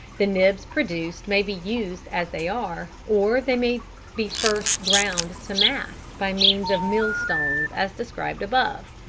the nibs produced may be used as they are, or they may be first ground to mass by means of mill-stones as described above.